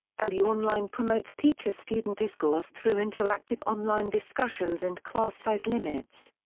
ah lu online promotes teacher student discourse through interactive online discussions and class size limits.